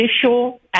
official